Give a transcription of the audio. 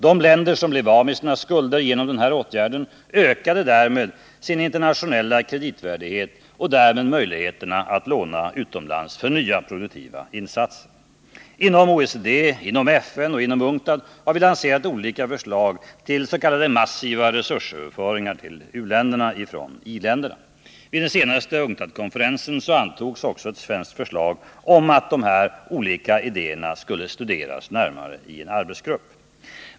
De länder som blev av med sina skulder genom den här åtgärden ökade sin internationella kreditvärdighet och därmed sina möjligheter att låna utomlands för nya, produktiva insatser. Inom OECD, FN och UNCTAD har vi lanserat olika förslag till s.k. massiva resursöverföringar till u-länderna från i-länderna. Vid den senaste UNCTAD-konferensen antogs också ett svenskt förslag om att de här olika idéerna skulle studeras närmare av en arbetsgrupp.